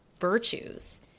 virtues